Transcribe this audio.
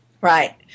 Right